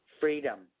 freedom